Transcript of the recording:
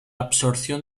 absorción